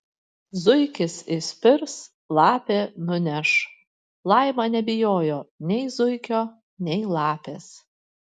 zuikis įspirs lapė nuneš laima nebijojo nei zuikio nei lapės